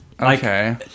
Okay